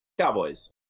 Cowboys